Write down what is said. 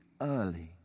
early